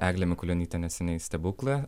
eglė mikulionytė neseniai stebukle